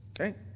Okay